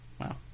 Wow